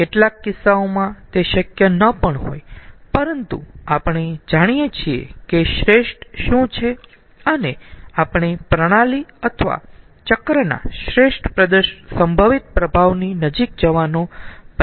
કેટલાક કિસ્સાઓમાં તે શક્ય ન પણ હોય પરંતુ આપણે જાણીયે છીએ કે શ્રેષ્ઠ શું છે અને આપણે પ્રણાલી અથવા ચક્રના શ્રેષ્ઠ સંભવિત પ્રભાવની નજીક જવાનો પ્રયાસ કરીયે છીએ